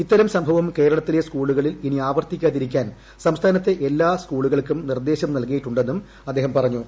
ഇത്തരം സംഭവം കേരളത്തിലെ സ്കൂളുകളിൽ ഇനി ആവർത്തിക്കാതിരിക്കാൻ സംസ്ഥാനത്തെ എല്ലാ സ്കൂളുകൾക്കും നിർദേശം നൽകിയിട്ടുന്നെും അദ്ദേഹം പറഞ്ഞു